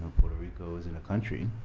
puerto rico isn't a country,